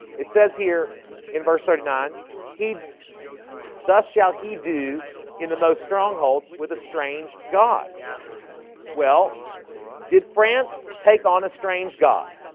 it says here in verse thirty nine he thus shall he do in the most strong holds with a strange god well did france take on a strange god?